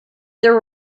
there